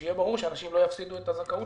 כדי שיהיה ברור שאנשים לא יפסידו את הזכאות